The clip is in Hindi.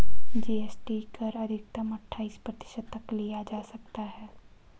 जी.एस.टी कर अधिकतम अठाइस प्रतिशत तक लिया जा सकता है